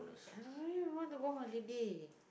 I really wanna go holiday